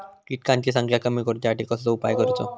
किटकांची संख्या कमी करुच्यासाठी कसलो उपाय करूचो?